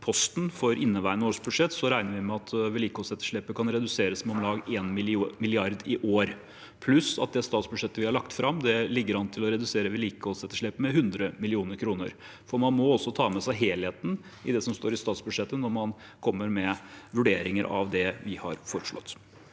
for inneværende års budsjett, regner vi med at vedlikeholdsetterslepet kan reduseres med om lag 1 mrd. kr i år – pluss at vi med det statsbudsjettet vi har lagt fram, ligger an til å redusere vedlikeholdsetterslepet med 100 mill. kr. Man må også ta med seg helheten i det som står i statsbudsjettet, når man kommer med vurderinger av det vi har foreslått.